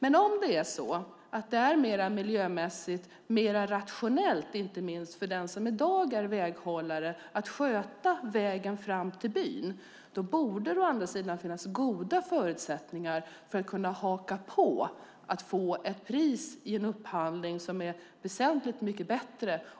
Är det så att det är mer miljömässigt och inte minst mer rationellt för den som i dag är väghållare att sköta vägen fram till byn borde det å andra sidan finnas goda förutsättningar för att haka på och i en upphandling få ett pris som är väsentligt mycket bättre.